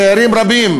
צעירים רבים,